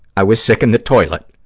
i was sick in the toilet.